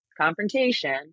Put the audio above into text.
confrontation